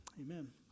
Amen